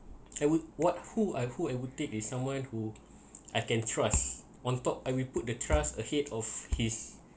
I would what who I who I would take is someone who I can trust on top I will put the trust ahead of his